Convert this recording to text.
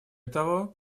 того